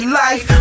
life